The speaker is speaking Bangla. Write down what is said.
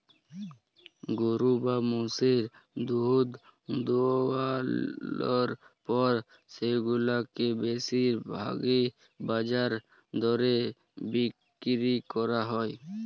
গরু বা মোষের দুহুদ দুয়ালর পর সেগুলাকে বেশির ভাগই বাজার দরে বিক্কিরি ক্যরা হ্যয়